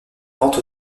vente